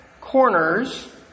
corners